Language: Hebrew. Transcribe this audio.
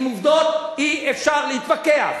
עם עובדות אי-אפשר להתווכח.